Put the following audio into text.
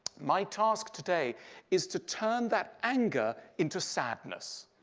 my task today is to turn that anger into sadness.